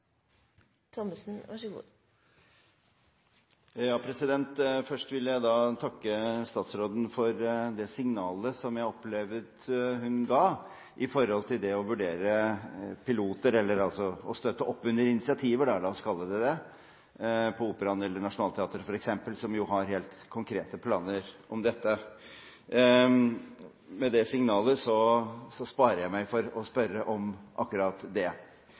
Først vil jeg takke statsråden for det signalet som jeg opplevde hun ga med hensyn til det å vurdere piloter, å støtte opp under initiativer – la oss kalle det det – i Operaen eller på Nationaltheatret, f.eks., som jo har helt konkrete planer om dette. Det signalet sparer meg for å spørre om akkurat det.